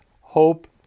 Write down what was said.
hope